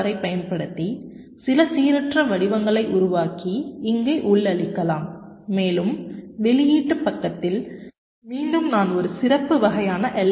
ஆரைப் பயன்படுத்தி சில சீரற்ற வடிவங்களை உருவாக்கி இங்கே உள்ளளிக்கலாம் மேலும் வெளியீட்டு பக்கத்தில் மீண்டும் நான் ஒரு சிறப்பு வகையான எல்